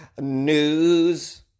news